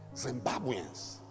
Zimbabweans